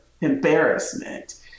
embarrassment